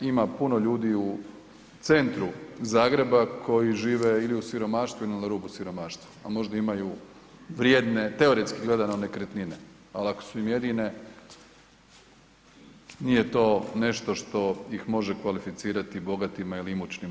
Ima puno ljudi u centru Zagreba koji žive ili u siromaštvu ili na rubu siromaštva, a možda imaju vrijedne, teoretski gledano, nekretnine, al ako su im jedine nije to nešto što ih može kvalificirati bogatima ili imućnima.